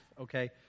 okay